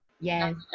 Yes